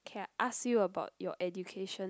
k I ask you about your education